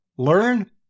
Learn